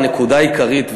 הנקודה העיקרית,